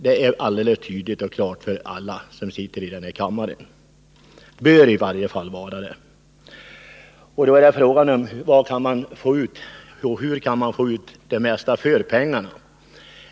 Det står tydligt och klart för alla ledamöter av denna kammare, eller bör i varje fall göra det. Frågan är då hur man kan få ut det mesta av pengarna.